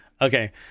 Okay